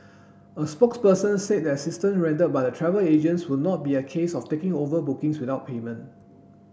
a spokesperson said the assistance rendered by the travel agents will not be a case of taking over bookings without payment